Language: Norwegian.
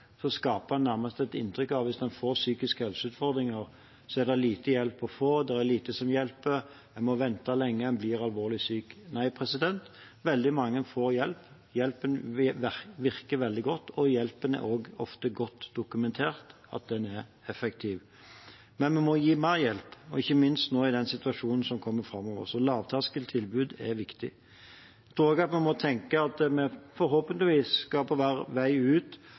skaper en nærmest et inntrykk av at hvis en får psykiske helseutfordringer, så er det lite hjelp å få – det er lite som hjelper, en må vente lenge, en blir alvorlig syk. Nei, veldig mange får hjelp, hjelpen virker veldig godt, og det er også ofte godt dokumentert at hjelpen er effektiv. Men vi må gi mer hjelp, ikke minst nå i den situasjonen som kommer framover, så lavterskeltilbud er viktig. Jeg tror også vi må tenke at vi forhåpentligvis skal være på vei ut